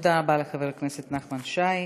תודה רבה, חבר הכנסת נחמן שי.